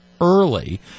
early